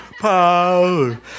power